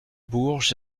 bourges